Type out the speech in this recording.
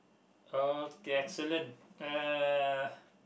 okay excellent uh